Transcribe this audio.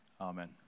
Amen